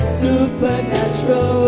supernatural